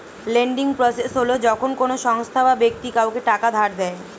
lending process হল যখন কোনো সংস্থা বা ব্যক্তি কাউকে টাকা ধার দেয়